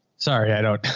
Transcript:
sorry. i don't,